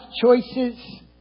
choices